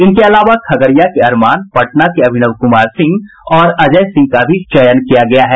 इनके अलावा खगड़िया के अरमान पटना के अभिनव कुमार सिंह और अजय सिंह का भी चयन किया गया है